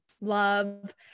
love